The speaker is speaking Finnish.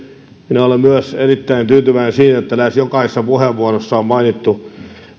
minä olen myös erittäin tyytyväinen siihen että lähes jokaisessa puheenvuorossa on mainittu